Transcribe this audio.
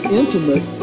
intimate